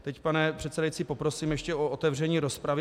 Teď, pane předsedající, poprosím ještě o otevření rozpravy.